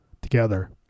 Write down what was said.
together